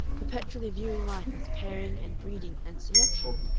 perpetually viewing life as pairing and breeding and selection,